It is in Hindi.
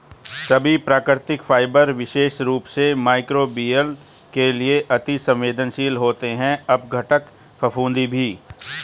सभी प्राकृतिक फाइबर विशेष रूप से मइक्रोबियल के लिए अति सवेंदनशील होते हैं अपघटन, फफूंदी भी